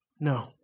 No